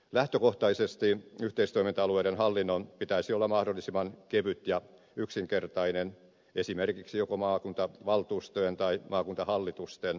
lähtökohtaisesti yhteistoiminta alueiden hallinnon pitäisi olla mahdollisimman kevyt ja yksinkertainen esimerkiksi joko maakuntavaltuustojen tai maakuntahallitusten yhteispäätäntämenettely